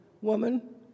woman